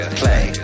play